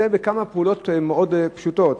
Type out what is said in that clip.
זה בכמה פעולות מאוד פשוטות.